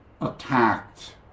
attacked